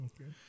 Okay